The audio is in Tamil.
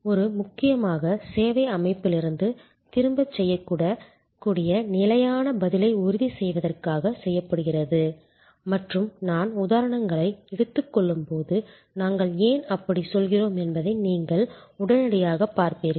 இது முக்கியமாக சேவை அமைப்பிலிருந்து திரும்பத் திரும்பச் செய்யக்கூடிய நிலையான பதிலை உறுதி செய்வதற்காக செய்யப்படுகிறது மற்றும் நான் உதாரணங்களை எடுத்துக் கொள்ளும்போது நாங்கள் ஏன் அப்படிச் சொல்கிறோம் என்பதை நீங்கள் உடனடியாகப் பார்ப்பீர்கள்